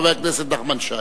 חבר הכנסת נחמן שי.